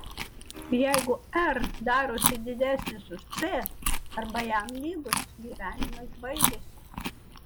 jeigu r darosi didesnis už c arba jam lygus gyvenimas baigiasi